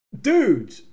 Dude